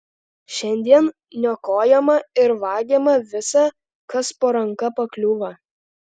šiandien niokojama ir vagiama visa kas po ranka pakliūva